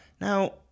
Now